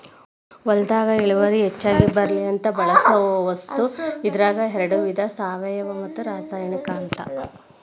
ಹೊಲದಾಗ ಇಳುವರಿ ಹೆಚಗಿ ಬರ್ಲಿ ಅಂತ ಬಳಸು ವಸ್ತು ಇದರಾಗ ಯಾಡ ವಿಧಾ ಸಾವಯುವ ಮತ್ತ ರಾಸಾಯನಿಕ ಅಂತ